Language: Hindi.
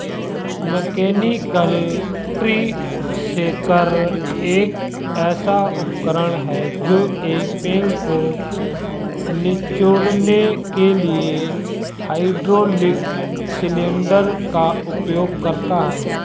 मैकेनिकल ट्री शेकर एक ऐसा उपकरण है जो एक पेड़ को निचोड़ने के लिए हाइड्रोलिक सिलेंडर का उपयोग करता है